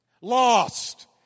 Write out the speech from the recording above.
lost